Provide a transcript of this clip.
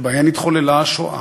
שבהן התחוללה השואה,